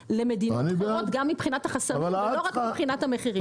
אחרות גם מבחינת כמות החסמים ולא רק מבחינת המחירים.